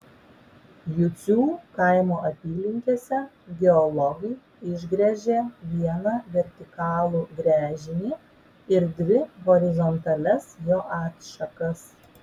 jucių kaimo apylinkėse geologai išgręžė vieną vertikalų gręžinį ir dvi horizontalias jo atšakas